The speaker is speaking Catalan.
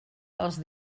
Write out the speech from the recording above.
els